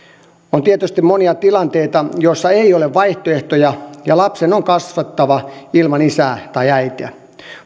on tietysti monia tilanteita joissa ei ole vaihtoehtoja ja lapsen on kasvettava ilman isää tai äitiä